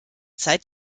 zeit